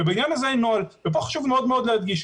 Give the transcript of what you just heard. ובעניין הזה אין נוהל ופה חשוב מאוד להדגיש.